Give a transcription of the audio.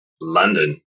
london